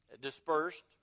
dispersed